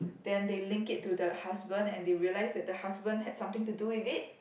then they link it to the husband and they realize that the husband had something to do with it